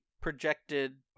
projected